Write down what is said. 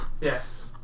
Yes